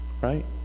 right